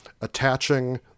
attaching